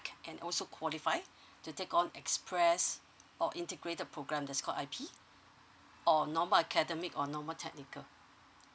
and also qualify to take on express or integrated program that call I_P or normal academic or normal technical